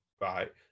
right